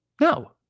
No